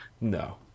No